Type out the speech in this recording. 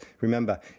Remember